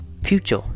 future